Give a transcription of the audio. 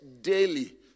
daily